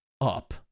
up